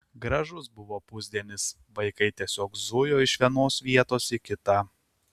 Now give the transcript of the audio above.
gražus buvo pusdienis vaikai tiesiog zujo iš vienos vietos į kitą